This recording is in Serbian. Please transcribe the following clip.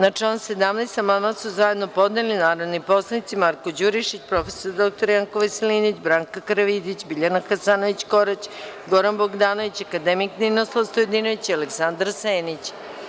Na član 17. amandman su zajedno podneli narodni poslanici Marko Đurišić, prof. dr Janko Veselinović, Braka Karavidić, Biljana Hasanović Korać, Goran Bogdanović, akademik Ninoslav Stojadinović i Aleksandar Senić.